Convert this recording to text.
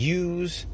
use